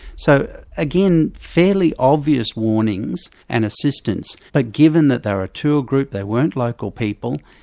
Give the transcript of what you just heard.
so again, fairly obvious warnings, and assistance, but given that they were a tour group, they weren't local people,